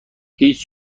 هیچ